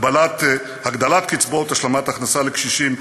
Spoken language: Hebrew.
הגדלת קצבאות השלמת הכנסה לקשישים,